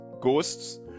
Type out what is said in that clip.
ghosts